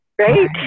right